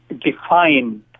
define